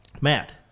Matt